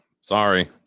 sorry